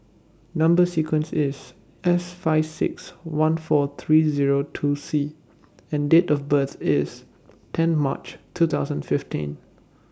Number sequence IS S five six one four three Zero two C and Date of birth IS tenth March two thousand fifteen